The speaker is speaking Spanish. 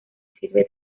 sirve